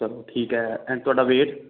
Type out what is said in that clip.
ਚਲੋ ਠੀਕ ਹੈ ਐਂਡ ਤੁਹਾਡਾ ਵੇਟ